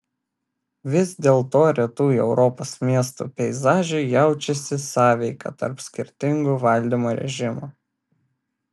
vis dėlto rytų europos miestų peizaže jaučiasi sąveika tarp skirtingų valdymo režimų